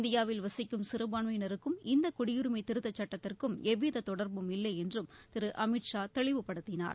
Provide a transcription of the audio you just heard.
இந்தியாவில் வசிக்கும் சிறுபான்மையினருக்கும் இந்த குடியுரிமை திருத்தச் சுட்டத்திற்கும் எவ்வித தொடர்பும் இல்லை என்றும் திரு அமித் ஷா தெளிவுப்படுத்தினார்